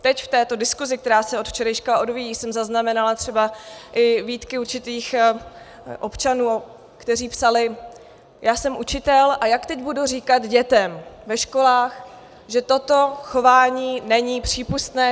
Teď v této diskuzi, která se od včerejška odvíjí, jsem zaznamenala třeba i výtky určitých občanů, kteří psali: Já jsem učitel, a jak teď budu říkat dětem ve školách, že toto chování není přípustné?